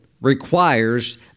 requires